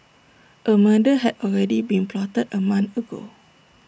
A murder had already been plotted A month ago